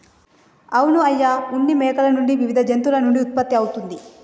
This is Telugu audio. అవును అయ్య ఉన్ని మేకల నుండి వివిధ జంతువుల నుండి ఉత్పత్తి అవుతుంది